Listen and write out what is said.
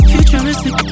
Futuristic